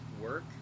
work